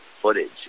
footage